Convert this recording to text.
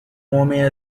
homem